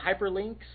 hyperlinks